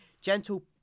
gentle